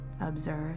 observe